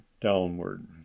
downward